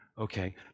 okay